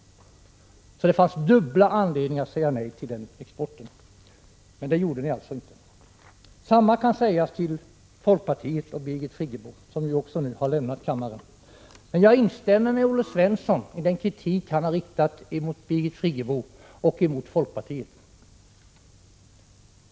Det fanns alltså dubbla anledningar att säga nej till den exporten, men det gjorde inte moderaterna. Samma sak kan sägas till folkpartiet och Birgit Friggebo. Jag instämmer med Olle Svensson i den kritik han har riktat mot dem.